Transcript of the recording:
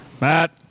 Matt